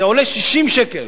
זה עולה 60 שקל.